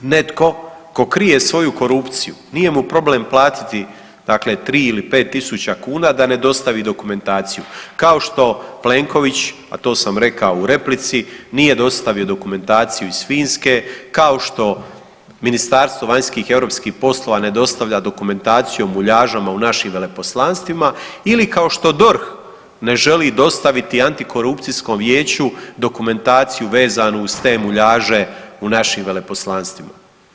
Netko tko krije svoju korupciju, nije mu problem platiti dakle 3 ili 5.000 kuna da ne dostavi dokumentaciju kao što Plenković, a to sam rekao u replici nije dostavio dokumentaciju iz Finske, kao što Ministarstvo vanjskih i europskih poslova ne dostavlja dokumentaciju o muljažama u našim veleposlanstvima ili kao što DORH ne želi dostaviti antikorupcijskom vijeću dokumentaciju vezanu uz te muljaže u našim veleposlanstvima.